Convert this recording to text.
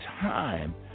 time